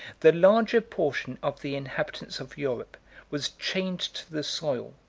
the larger portion of the inhabitants of europe was chained to the soil,